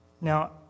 Now